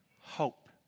Hope